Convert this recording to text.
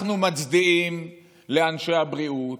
אנחנו מצדיעים לאנשי הבריאות,